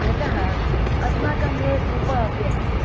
यतः अस्माकं गृहे कूप अपि अस्ति